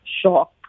shock